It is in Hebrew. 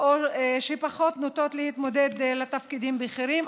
או שהן פחות נוטות להתמודד לתפקידים בכירים,